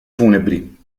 funebri